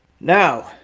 now